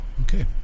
Okay